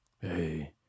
Hey